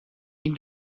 این